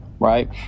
right